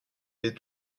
est